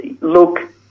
Look